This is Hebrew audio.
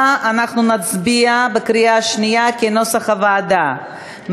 בקריאה שנייה, כנוסח הוועדה.